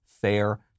fair